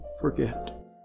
Forget